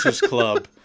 club